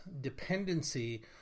dependency